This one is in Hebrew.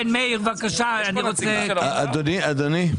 אדוני,